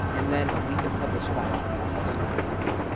and then we can publish five of these specialized books.